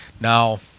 now